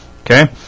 Okay